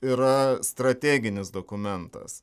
yra strateginis dokumentas